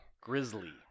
Grizzly